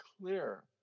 clear